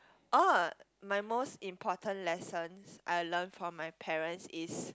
oh my most important lessons I learnt from my parents is